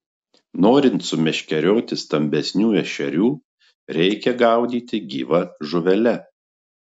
norint sumeškerioti stambesnių ešerių reikia gaudyti gyva žuvele